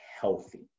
healthy